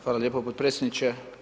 Hvala lijepo podpredsjedniče.